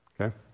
Okay